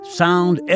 sound